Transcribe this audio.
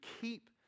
keep